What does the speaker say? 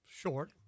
short